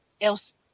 Else